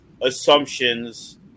assumptions